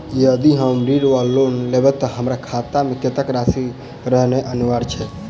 यदि हम ऋण वा लोन लेबै तऽ हमरा खाता मे कत्तेक राशि रहनैय अनिवार्य छैक?